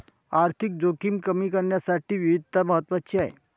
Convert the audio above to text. आर्थिक जोखीम कमी करण्यासाठी विविधता महत्वाची आहे